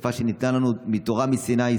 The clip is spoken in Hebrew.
שפה שניתנה לנו בה תורה מסיני,